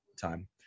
time